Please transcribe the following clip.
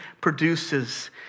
produces